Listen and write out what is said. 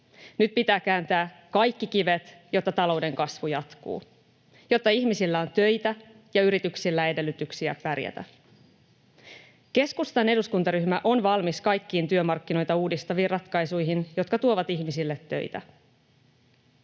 Nyt pitää kääntää kaikki kivet, jotta talouden kasvu jatkuu, jotta ihmisillä on töitä ja yrityksillä edellytyksiä pärjätä. Keskustan eduskuntaryhmä on valmis kaikkiin työmarkkinoita uudistaviin ratkaisuihin, jotka tuovat ihmisille töitä.